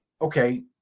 okay